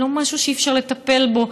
זה לא משהו שאי-אפשר לטפל בו.